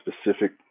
specific